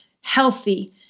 healthy